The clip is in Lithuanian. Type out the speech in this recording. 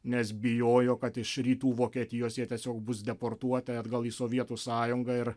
nes bijojo kad iš rytų vokietijos jie tiesiog bus deportuoti atgal į sovietų sąjungą ir